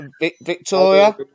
Victoria